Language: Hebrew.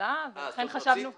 ולכן חשבנו --- אה,